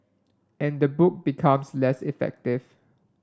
and the book becomes less effective